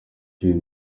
ibi